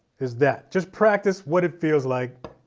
is that. just practice what it feels like